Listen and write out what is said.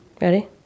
ready